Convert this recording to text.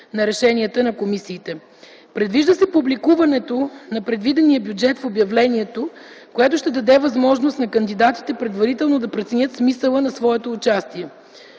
на решенията на комисиите. Предвижда се публикуването на предвидения бюджет в обявлението, което ще даде възможност на кандидатите предварително да преценят смисъла на своето участие.